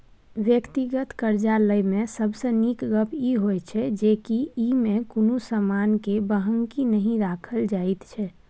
व्यक्तिगत करजा लय मे सबसे नीक गप ई होइ छै जे ई मे कुनु समान के बन्हकी नहि राखल जाइत छै